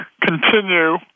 continue